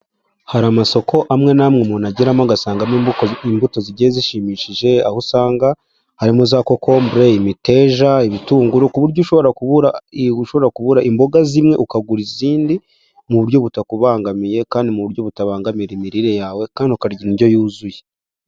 Hari amasoko amwe n'amwe umuntu ageramo agasangamo imbuto zigiye zishimishije aho usanga harimo za cocombrey, imiteja, ibitunguru ku buryo ushobora kubura imboga zimwe ukagura izindi mu buryo butakubangamiye kandi mu buryo butabangamira imirire yawe kandi ukarya indyo yuzuye.